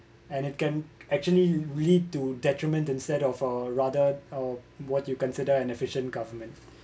and it can actually lead to detrimental set off uh rather uh what you consider an efficient government